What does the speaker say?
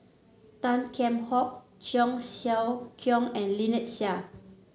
Tan Kheam Hock Cheong Siew Keong and Lynnette Seah